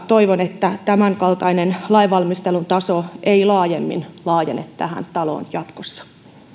toivon että tämänkaltainen lainvalmistelun taso ei laajemmin laajene tähän taloon jatkossa